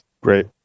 Great